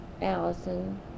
Allison